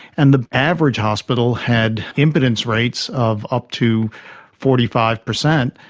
and the average hospital had impotence rates of up to forty five percent.